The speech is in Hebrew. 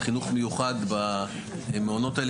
על חינוך מיוחד במעונות האלה,